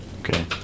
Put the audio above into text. Okay